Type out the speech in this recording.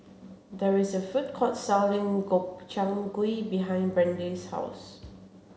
there is a food court selling Gobchang Gui behind Brande's house